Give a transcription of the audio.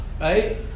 Right